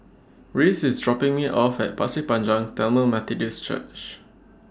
Rhys IS dropping Me off At Pasir Panjang Tamil Methodist Church